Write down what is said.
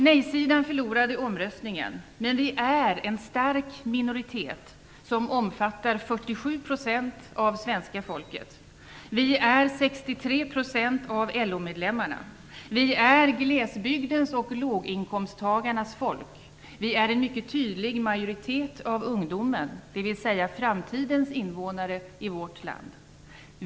Nej-sidan förlorade omröstningen. Men vi på nej-sidan är en stark minoritet, som omfattar 47 % av svenska folket. Vi är 63 % av LO medlemmarna. Vi är glesbygdens och låginkomsttagarnas folk. Vi utgör en mycket tydlig majoritet av ungdomen, dvs. framtidens invånare i vårt land.